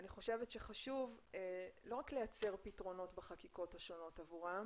אני חושבת שחשוב לא רק לייצר פתרונות בחקיקות השונות עבורן